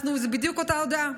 זאת בדיוק אותה הודעה,